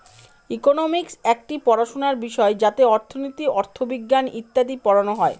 economics একটি পড়াশোনার বিষয় যাতে অর্থনীতি, অথবিজ্ঞান ইত্যাদি পড়ানো হয়